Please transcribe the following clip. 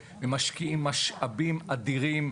משקיעים משאבים אדירים.